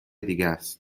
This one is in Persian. دیگهس